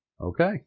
Okay